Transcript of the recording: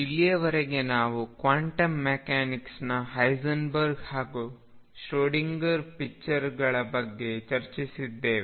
ಅನಿಶ್ಚಿತತೆ ತತ್ವ ಮತ್ತು ಇದು ಸರಳ ಅನ್ವಯಿಕೆಗಳು ಇಲ್ಲಿಯವರೆಗೆ ನಾವು ಕ್ವಾಂಟಂ ಮೆಕ್ಯಾನಿಕ್ಸ್ನ ಹೈಸೆನ್ಬರ್ಗ್ ಹಾಗೂ ಶ್ರೊಡಿಂಗರ್ ಪಿಚ್ಚರ್ ಗಳ ಬಗ್ಗೆ ಚರ್ಚಿಸಿದ್ದೇವೆ